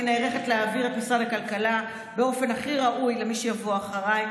אני נערכת להעביר את משרד הכלכלה באופן הכי ראוי למי שיבוא אחריי,